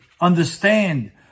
understand